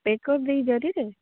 ପେକ କରିଦେବି ଜରିରେ